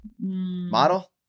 model